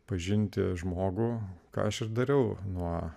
pažinti žmogų ką aš ir dariau nuo